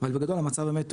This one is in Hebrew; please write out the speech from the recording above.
אבל בגדול המצב הוא באמת.